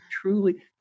truly